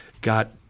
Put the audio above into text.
got